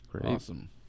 Awesome